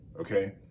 okay